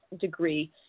degree